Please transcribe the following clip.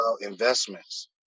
investments